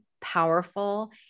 powerful